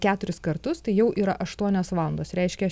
keturis kartus tai jau yra aštuonios valandos reiškia aš